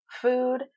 food